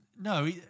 No